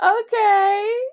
Okay